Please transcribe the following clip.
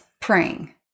praying